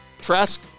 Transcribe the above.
Trask